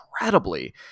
incredibly